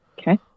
okay